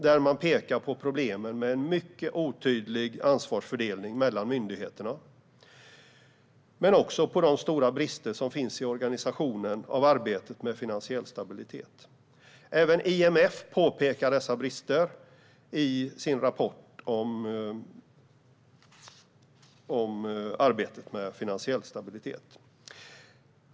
Där pekar man på problemen med en mycket otydlig ansvarsfördelning mellan myndigheterna, men också på de stora brister som finns i organisationen av arbetet med finansiell stabilitet. Även IMF pekar på dessa brister i sin rapport om arbetet med finansiell stabilitet.